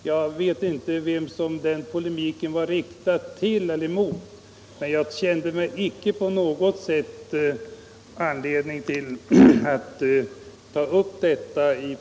Jag vet inte vem denna polemik var riktad mot, men jag kände mig inte på något sätt ha anledning att bemöta den.